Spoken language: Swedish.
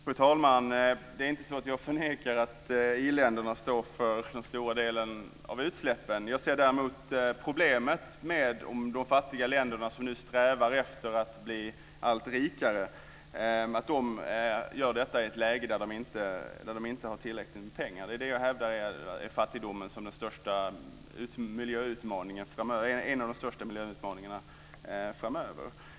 Fru talman! Jag förnekar inte att i-länderna står för den stora delen av utsläppen. Jag ser däremot ett problem i att de fattiga länder som nu strävar efter att bli allt rikare gör det i ett läge där de inte har tillräckligt med pengar till detta. Det är skälet till att jag hävdar att fattigdomen är en av de största miljöutmaningarna framöver.